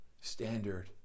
standard